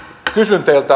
kysyn teiltä